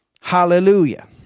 Hallelujah